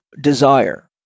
desire